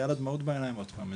היו לה שוב דמעות בעיניים מזה.